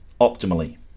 optimally